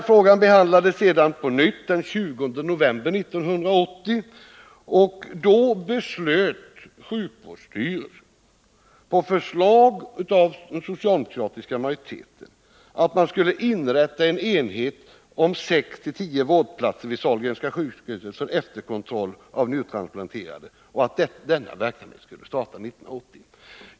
Frågan behandlades sedan på nytt det 20 november 1979, och då beslöt sjukvårdsstyrelsen, på förslag av den socialdemokratiska majoriteten, att man skulle inrätta en enhet om sex till tio vårdplatser vid Sahlgrenska sjukhuset för efterkontroll av njurtransplanterade och att denna verksamhet skulle starta 1980.